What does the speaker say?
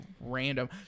random